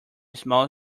small